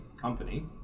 company